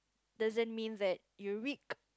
doesn't mean that you're weak